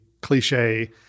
Cliche